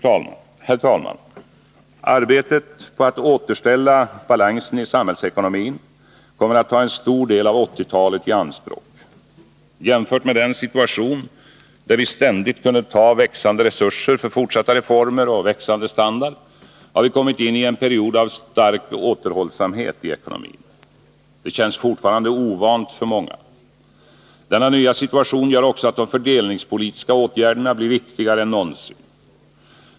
Herr talman! Arbetet på att återställa balansen i samhällsekonomin kommer att ta en stor del av 1980-talet i anspråk. Jämfört med den situation, där vi ständigt kunde ta av växande resurser för fortsatta reformer och växande standard, har vi nu kommit in i en period av stark återhållsamhet i ekonomin. Det känns fortfarande ovant för många. Denna nya situation gör också att de fördelningspolitiska åtgärderna blir viktigare än någonsin.